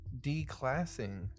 declassing